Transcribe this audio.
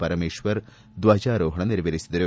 ಪರಮೇಶ್ವರ್ ಧ್ವಜಾರೋಪಣ ನೆರವೇರಿಸಿದರು